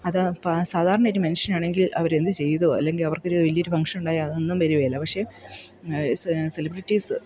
അത് സാധാരണ ഒരു മനുഷ്യനാണെങ്കിൽ അവരെന്തു ചെയ്തോ അല്ലെങ്കിൽ അവർക്കൊരു വലിയൊരു ഫംഗ്ഷനുണ്ടായാൽ അതൊന്നും വരില്ല പക്ഷേ സെലിബ്രിറ്റീസ്സ്